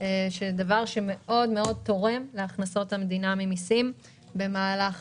דבר שתורם מאוד להכנסות המדינה ממסים במהלך